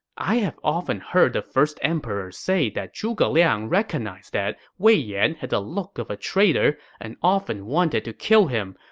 i have often heard the first emperor say that zhuge liang recognized that wei yan had the look of a traitor and often wanted to kill him.